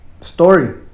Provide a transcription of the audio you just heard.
story